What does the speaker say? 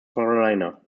carolina